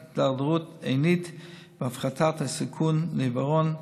הידרדרות עינית והפחתת הסיכון לעיוורון,